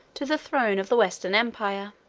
to the throne of the western emperor,